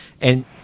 and-